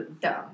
dumb